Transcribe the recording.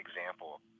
example